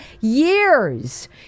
years